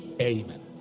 Amen